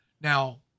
now